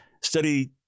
Study